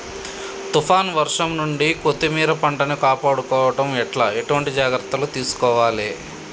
తుఫాన్ వర్షం నుండి కొత్తిమీర పంటను కాపాడుకోవడం ఎట్ల ఎటువంటి జాగ్రత్తలు తీసుకోవాలే?